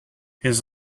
his